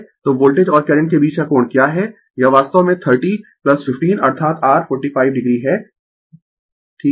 तो वोल्टेज और करंट के बीच का कोण क्या है यह वास्तव में 30 15 अर्थात r 45 o है ठीक है